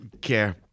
care